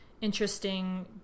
interesting